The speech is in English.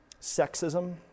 sexism